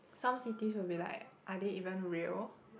some cities will be like are they even real